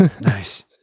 Nice